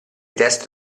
test